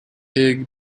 pig